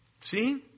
See